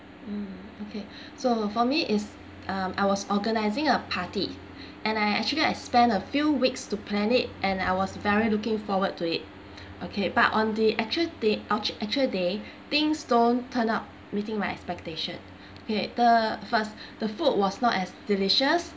mm okay so for me is um I was organising a party and I actually I spent a few weeks to plan it and I was very looking forward to it okay but on the actual date act~ actual day things don't turn up meeting my expectation okay the first the food was not as delicious